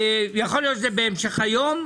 יכול להיות שזה יהיה בהמשך היום,